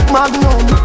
Magnum